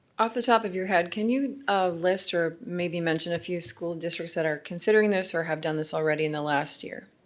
off the top of your head, can you list or maybe mention a few school districts that are considering this or have done this already in the last year?